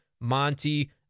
Monty